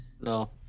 No